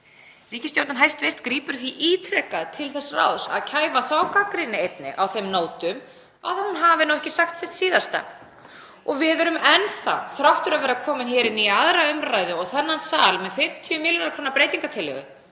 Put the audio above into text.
ríkisstjórn grípur því ítrekað til þess ráðs að kæfa þá gagnrýni einnig á þeim nótum að hún hafi nú ekki sagt sitt síðasta. Og við erum enn þá, þrátt fyrir að vera komin hér inn í 2. umr. og þennan sal með 50 milljarða kr. breytingartillögu,